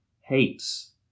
hates